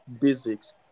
basics